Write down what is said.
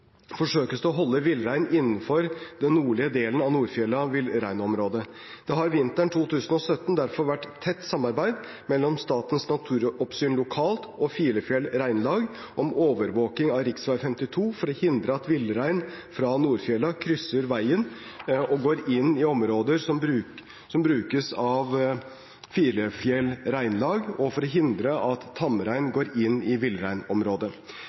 forsøkes det å holde villrein innenfor den nordlige delen av Nordfjella villreinområde. Det har vinteren 2017 derfor vært et tett samarbeid mellom Statens naturoppsyn lokalt og Filefjell reinlag om overvåkning ved rv. 52, for å hindre at villrein fra Nordfjella krysser veien og går inn i områdene som brukes av Filefjell reinlag, og for å hindre at tamrein går inn i villreinområdet.